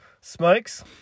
Smokes